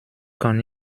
kann